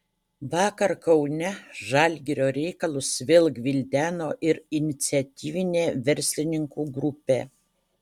vakar kaune žalgirio reikalus vėl gvildeno ir iniciatyvinė verslininkų grupė